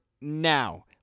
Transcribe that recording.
Now